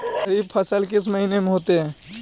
खरिफ फसल किस महीने में होते हैं?